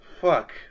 Fuck